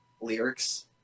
lyrics